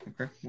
Okay